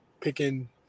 picking